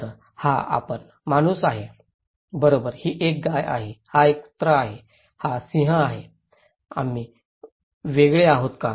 बरं हा आपण माणूस आहे बरोबर आणि ही एक गाय आहे हा कुत्रा आहे हा सिंह आहे आम्ही वेगळे आहोत का